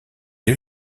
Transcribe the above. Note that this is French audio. est